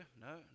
no